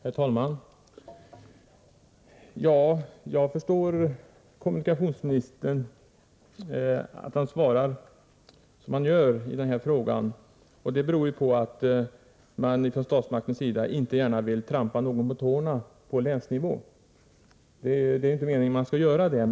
Herr talman! Jag förstår att kommunikationsministern svarar som han gör i denna fråga. Det beror ju på att statsmakterna inte gärna vill trampa någon på tårna på länsnivå. Det är inte meningen att man skall göra det.